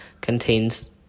contains